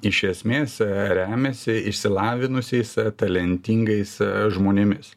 iš esmės remiasi išsilavinusiais talentingais žmonėmis